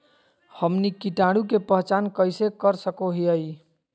हमनी कीटाणु के पहचान कइसे कर सको हीयइ?